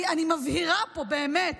אני מבהירה פה באמת,